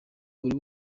buri